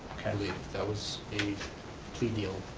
okay. i believe, that was a plea deal.